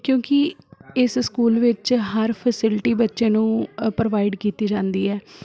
ਕਿਉਂਕਿ ਇਸ ਸਕੂਲ ਵਿੱਚ ਹਰ ਫੈਸਿਲਿਟੀ ਬੱਚੇ ਨੂੰ ਪ੍ਰੋਵਾਈਡ ਕੀਤੀ ਜਾਂਦੀ ਹੈ